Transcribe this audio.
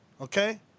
okay